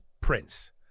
Prince